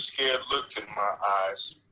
scared look in my eyes.